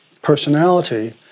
personality